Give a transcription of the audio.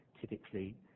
typically